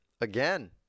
again